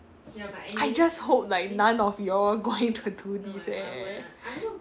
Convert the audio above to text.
I just hope like none of you all going to do this eh